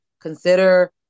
Consider